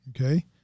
Okay